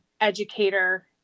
educator